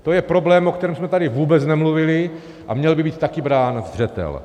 To je problém, o kterém jsme tady vůbec nemluvili a měl by být taky brán v zřetel.